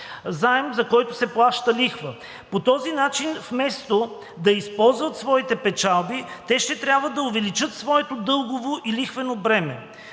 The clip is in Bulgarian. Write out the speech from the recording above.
за който се плаща лихва. По този начин вместо да използват своите печалби, те ще трябва да увеличат своето дългово и лихвено бреме